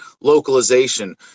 localization